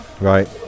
Right